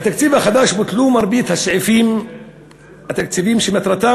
בתקציב החדש בוטלו מרבית הסעיפים התקציביים שמטרתם